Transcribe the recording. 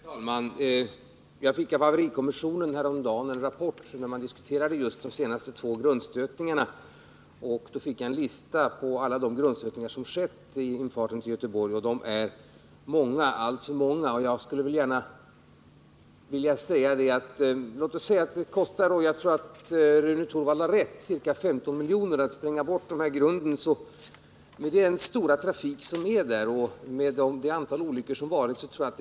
Herr talman! Jag fick häromdagen av haverikommissionen en rapport där just de två senaste grundstötningarna diskuterades. Jag erhöll då en lista på alla de grundstötningar som har skett i infarten till Göteborg — och det är många, alltför många. Låt oss säga att det — jag tror nämligen att Rune Torwald hade rätt — kostar ca 15 milj.kr. att spränga bort dessa grund. Med hänsyn till den livliga trafiken och det antal olyckor som har skett är det rimligt att grunden tas bort.